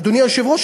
אדוני היושב-ראש,